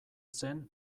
zen